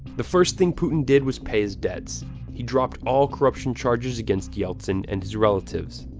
the first thing putin did was pay his debts he dropped all corruption charges against yeltsin and his relatives.